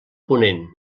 ponent